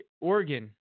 Oregon –